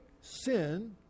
sin